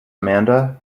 amanda